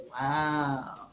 wow